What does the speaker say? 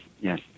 yes